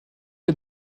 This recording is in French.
est